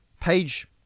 page